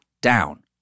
down